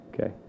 okay